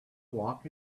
walk